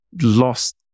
lost